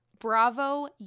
Bravo